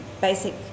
basic